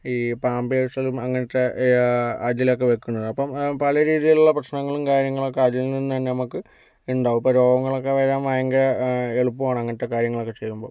ഈ പാമ്പേഴ്സിലും അങ്ങനത്തെ അതിലൊക്കെ വയ്ക്കുന്നത് അപ്പോൾ പല രീതിലുള്ള പ്രശ്നങ്ങളും കാര്യങ്ങളുമൊക്കെ അതിൽ നിന്ന് തന്നെ നമുക്ക് ഉണ്ടാകും ഇപ്പോൾ രോഗങ്ങളൊക്കെ വരാൻ ഭയങ്കര എളുപ്പമാണ് അങ്ങനത്തെ കാര്യങ്ങളൊക്കെ ചെയ്യുമ്പോൾ